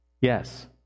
Yes